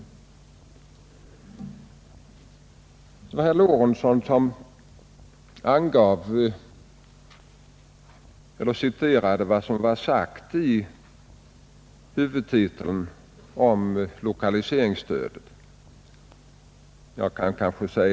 Herr Lorentzon citerade vad som sagts i huvudtiteln om lokaliseringsstödet.